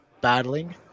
battling